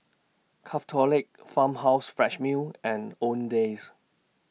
Craftholic Farmhouse Fresh Milk and Owndays